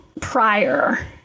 prior